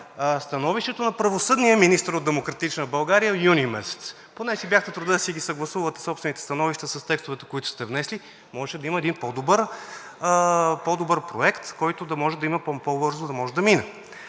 становището на правосъдния министър от „Демократична България“ от юни месец. Поне да си бяхте дали труда да съгласувате собствените си становища с текстовете, които сте внесли. Можеше да има един по-добър проект, който по-бързо да може да мине.